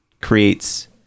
creates